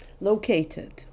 located